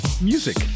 music